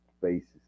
faces